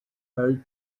her